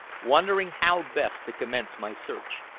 wondering how best to commence my search.